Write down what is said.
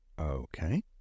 Okay